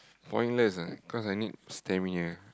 pointless ah cause I need stamina